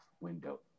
window